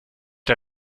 der